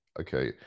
okay